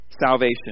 salvation